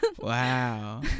Wow